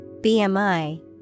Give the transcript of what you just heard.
BMI